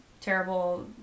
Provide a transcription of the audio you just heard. terrible